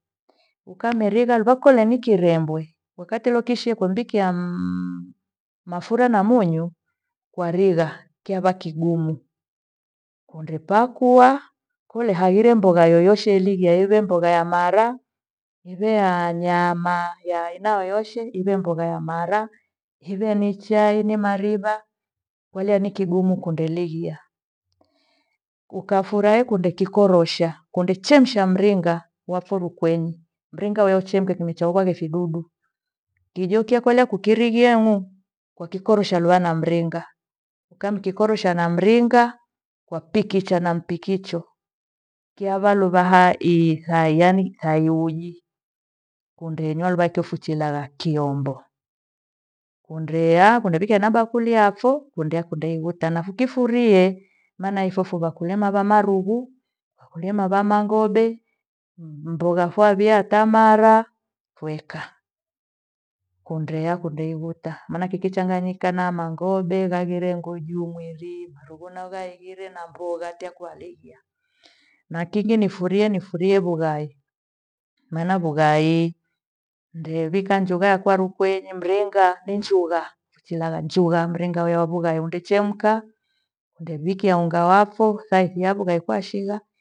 Ukamirigha luva kole ni kirembwe. Ukakitolishie kundekia mafura na munyu kwarigha kyawa kigumu, undepakua hule aghire mbogha yoyoshe ile, aiwe mbogha ya mara gweha yanyama ya aina yoyoshe iwe mbogha ya mara, iwe ni chai ni maribha kole ni kigumu kundelihia. ukafurahi kundekikorosha kundechemsha mringa wafyu rukwenyi mringa huyo uchemke kunechaukwa kifidudu. Kijo kyakole kukirighia ng'u wakikolosha lua na mringa, ukamtikolusha na mringa wapikicha na mpikicho kyavaluvahai- ithai yaani thai uji kunde inywa luva kifuchilagha kyombo. Kundeya kundewikia na bakuli yapho kundea, kundei uitanapho. Ukifurie maana ipho- phovo vakulima wa marughu, wakulima wa maghoe, mbogha fawia tamara weka. Kundea kuteivuta maana kikichanganyika na maghobe, ghaghire nguju mwiri marughu naghaighire na mboga takwalijwa. Na kingi nifurie, nifurie vugai. Maana vugai, ningeiwika njuga yakwa rukenyi mringa ni njugha achilala mjugha mringa huya vughai undechemka ndewikia ungha wapho saithi yako kwaika shigha